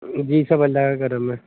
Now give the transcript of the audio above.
جی سب اللہ کا کرم ہے